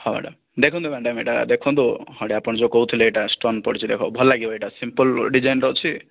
ହଁ ମ୍ୟାଡ଼ାମ ଦେଖନ୍ତୁ ମ୍ୟାଡ଼ାମ ଏଇଟା ଦେଖନ୍ତୁ ଏଇଟା ଆପଣ ଯେଉଁ କହୁଥିଲେ ଏଇଟା ଷ୍ଟୋନ୍ ପଡ଼ିଛି ଦେଖ ଭଲ ଲାଗିବ ଏଇଟା ସିମ୍ପଲ୍ ଡିଜାଇନ ର ଅଛି